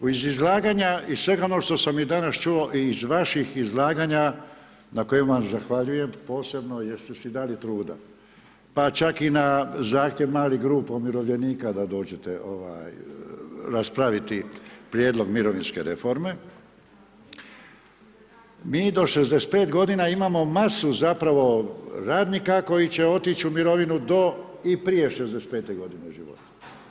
Iz izlaganja iz svega onoga što sam danas čuo i iz vaših izlaganja na kojima vam zahvaljujem posebno jer ste si dali truda, pa čak i na zahtjev malih grupa umirovljenika da dođete raspraviti prijedlog mirovinske reforme, mi do 65 godina imamo masu zapravo radnika koji će otići u mirovinu do i prije 65. godine života.